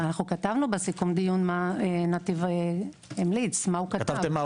כתבנו בסיכום הדיון מה נתיב המליץ, מה כתב.